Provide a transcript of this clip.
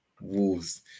wolves